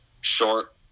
short